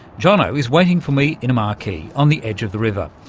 jono is waiting for me in a marquee on the edge of the river.